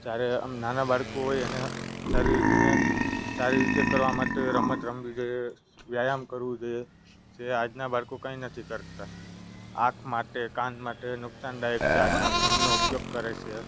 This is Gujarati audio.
જ્યારે આમ નાના બાળકો એને શરીરને સારી રીતે કરવા માટે રમત રમવી જોઈએ વ્યાયામ કરવું જોઈએ જે આજના બાળકો કાંઈ નથી કરતાં આંખ માટે કાન માટે નુકસાનદાયક છે આજના ફોનનો ઉપયોગ કરે છે